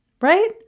right